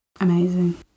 amazing